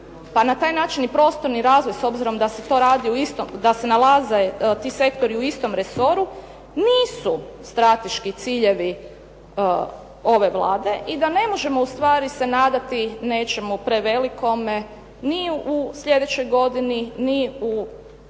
pa na taj način i prostorni razvoj, s obzirom da se to radi u istom, da se nalaze ti sektori u istom resoru nisu strateški ciljevi ove Vlade i da ne možemo ustvari se nadati nečemu prevelikome, ni u slijedećoj godini, ni u